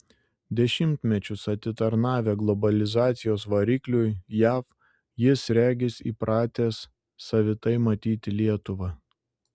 dešimtmečius atitarnavęs globalizacijos varikliui jav jis regis įpratęs savitai matyti lietuvą